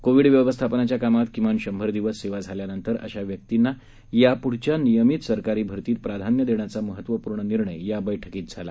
Covid व्यवस्थापनाच्या कामात किमान शंभर दिवस सेवा झाल्यानंतर अशा व्यक्तींना याप्ढच्या नियमित सरकारी भरतीत प्राधान्य देण्याचा महत्त्वपूर्ण निर्णय या बैठकीत झाला